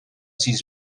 sis